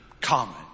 common